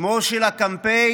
שמו של הקמפיין: